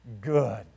good